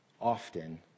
often